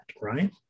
right